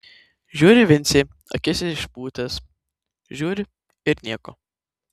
žiūri vincė akis išpūtęs žiūri ir nieko